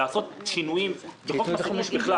לעשות שינויים בחוק מס רכוש בכלל.